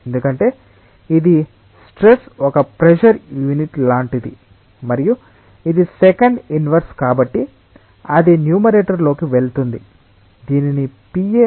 ఎందుకంటే ఇది స్ట్రెస్ ఒక ప్రెజర్ యూనిట్ లాంటిది మరియు ఇది సెకండ్ ఇన్వర్స్ కాబట్టి అది న్యూమరేటర్లోకి వెళుతుంది దీనిని Pa